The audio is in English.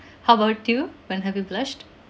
how about you when have you blushed